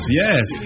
yes